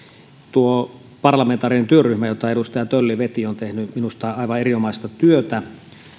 tuo parlamentaarinen työryhmä jota edustaja tölli veti on tehnyt minusta aivan erinomaista työtä